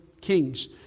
kings